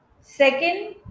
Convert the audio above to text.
second